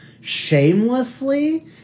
shamelessly